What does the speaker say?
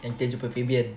and terjumpa fabian